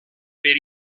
per